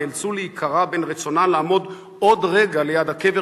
נאלצו להיקרע בין רצונן לעמוד עוד רגע ליד הקבר